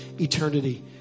eternity